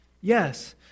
Yes